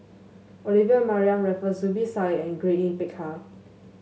Olivia Mariamne Raffles Zubir Said and Grace Yin Peck Ha